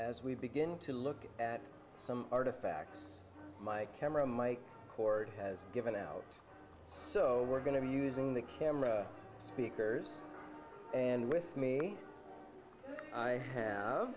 as we begin to look at some artifacts my camera mike cord has given out so we're going to be using the camera speakers and with me i